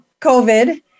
COVID